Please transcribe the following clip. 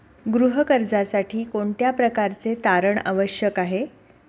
गृह कर्जासाठी कोणत्या प्रकारचे तारण आवश्यक आहे?